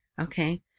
Okay